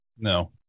No